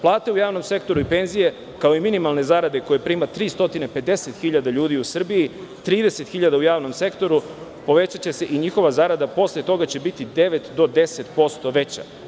Plate u javnom sektoru i penzije, kao i minimalne zarade koje prima 350.000 ljudi u Srbiji, 30.000 u javnom sektoru, povećaće se i njihova zarada posle toga će biti 9-10% veća.